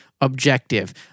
objective